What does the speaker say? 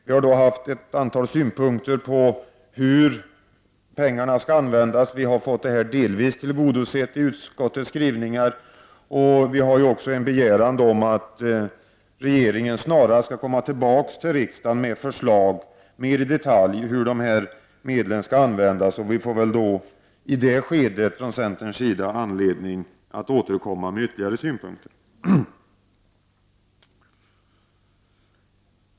Vi har haft ett antal synpunkter på hur pengarna skall användas, och vi har delvis fått dem tillgodosedda i utskottets skrivningar. Vi har också gjort en begäran om att regeringen snarast skall komma tillbaka till riksdagen med ett förslag mer i detalj om hur dessa medel skall användas. Vi får då i centern i det skedet anledning att återkomma med ytterligare synpunkter.